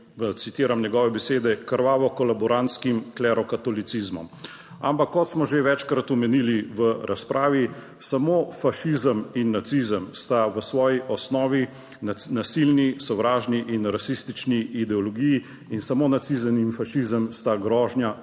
citiram njegove besede: "krvavo kolaborantskim klerokatolicizmom". Ampak, kot smo že večkrat omenili v razpravi, samo fašizem in nacizem sta v svoji osnovi nasilni, sovražni in rasistični ideologiji in samo nacizem in fašizem sta grožnja